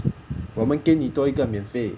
我们给你多一个免费